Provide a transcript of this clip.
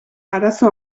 arazo